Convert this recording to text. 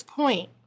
point